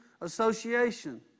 association